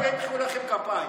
אותי מדאיג שהם פועלים כמו ה-BDS